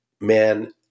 man